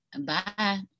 Bye